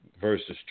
versus